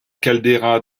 caldeira